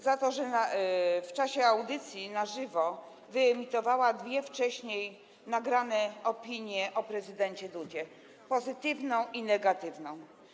Za to, że w czasie audycji na żywo wyemitowała dwie wcześniej nagrane opinie o prezydencie Dudzie, pozytywną i negatywną.